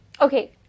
okay